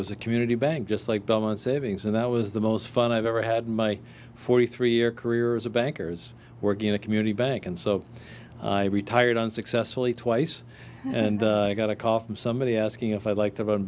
was a community bank just like the one savings and that was the most fun i've ever had in my forty three year career as a bankers working in a community bank and so i retired on successfully twice and i got a call from somebody asking if i'd like to